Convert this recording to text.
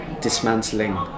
dismantling